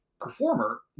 performer